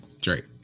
Drake